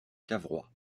cavrois